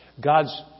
God's